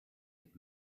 had